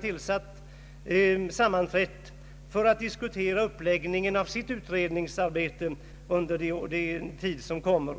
tillsatta pensionsålderskommittén sammanträtt för att diskutera uppläggningen av sitt utred ningsarbete under den tid som kommer.